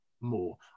more